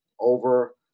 over